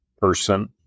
person